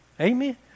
amen